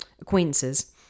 acquaintances